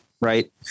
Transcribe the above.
Right